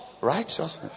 righteousness